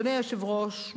אדוני היושב-ראש,